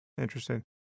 Interesting